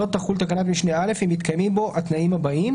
לא תחול תקנת משנה (א) אם מתקיימים בו התנאים הבאים: